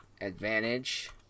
Advantage